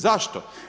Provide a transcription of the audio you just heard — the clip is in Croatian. Zašto?